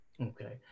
Okay